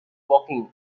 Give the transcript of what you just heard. woking